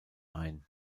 ein